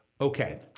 okay